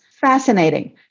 fascinating